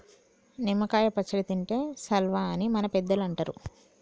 నిమ్మ కాయ పచ్చడి తింటే సల్వా అని మన పెద్దలు అంటరు